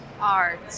art